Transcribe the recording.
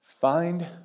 Find